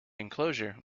enclosure